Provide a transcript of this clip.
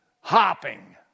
hopping